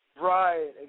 Right